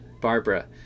Barbara